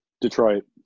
Detroit